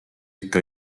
ikka